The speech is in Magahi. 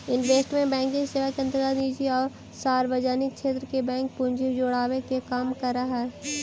इन्वेस्टमेंट बैंकिंग सेवा के अंतर्गत निजी आउ सार्वजनिक क्षेत्र के बैंक पूंजी जुटावे के काम करऽ हइ